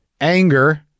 anger